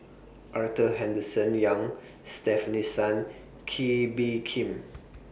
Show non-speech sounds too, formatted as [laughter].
Arthur Henderson Young Stefanie Sun Kee Bee Khim [noise]